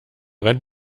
rennt